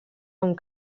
amb